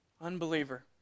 Unbeliever